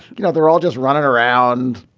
you know they're all just running around.